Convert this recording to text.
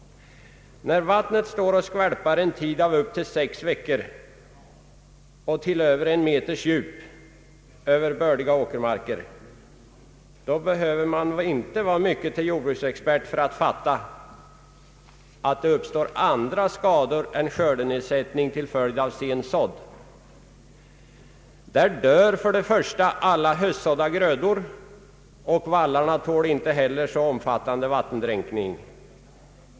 När vattnet står och skvalpar under en tid av upp till sex veckor och med över en meters djup över bördiga åkermarker, behöver man inte vara mycket till jordbruksexpert för att fatta att det uppstår andra skador än skördenedsättning till följd av sen sådd. Där dör först och främst alla höstsådda grödor, och vallarna tål inte heller så omfattande vattendränkning.